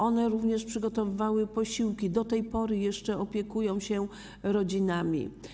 Te panie również przygotowywały posiłki i do tej pory jeszcze opiekują się tymi rodzinami.